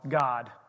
God